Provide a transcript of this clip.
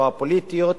לא הפוליטיות.